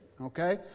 Okay